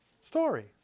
story